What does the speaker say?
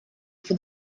for